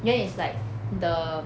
then is like the